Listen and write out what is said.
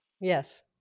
Yes